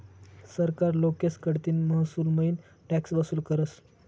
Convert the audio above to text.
सरकार लोकेस कडतीन महसूलमईन टॅक्स वसूल करस